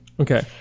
Okay